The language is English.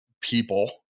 people